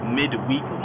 midweek